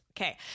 Okay